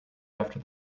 after